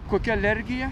kokia alergija